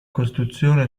costruzione